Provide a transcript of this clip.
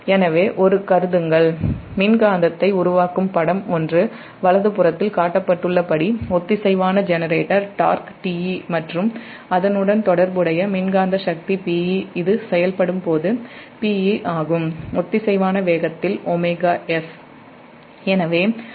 எனவே ஒரு மின்காந்தத்தை உருவாக்கும் படம் 1 வலதுபுறத்தில் காட்டப்பட்டுள்ளபடி ஒத்திசைவான ஜெனரேட்டர் TorqueTe மற்றும் அதனுடன் தொடர்புடைய மின்காந்த சக்தி Pe மற்றும் ஒத்திசைவான வேகத்தில்ωs ஆகும்